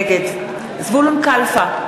נגד זבולון קלפה,